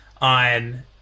on